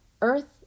earth